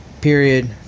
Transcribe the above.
period